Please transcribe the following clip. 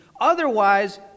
otherwise